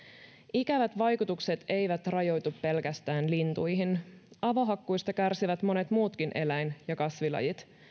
ikävät vaikutukset eivät rajoitu pelkästään lintuihin avohakkuista kärsivät monet muutkin eläin ja kasvilajit